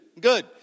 good